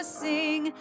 sing